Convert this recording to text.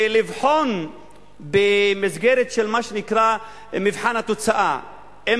ולבחון במסגרת של מה שנקרא מבחן התוצאה אם